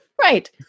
Right